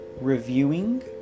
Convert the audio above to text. reviewing